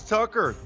Tucker